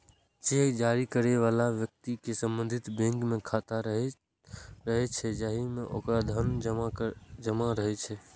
cheque जारी करै बला व्यक्ति के संबंधित बैंक मे खाता रहै छै, जाहि मे ओकर धन जमा रहै छै